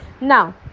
Now